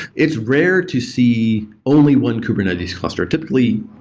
it's rare to see only one kubernetes cluster. typically,